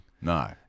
No